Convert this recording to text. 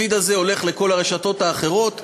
הפיד הזה הולך לכל הרשתות האחרות,